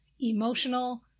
Emotional